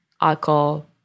Alcohol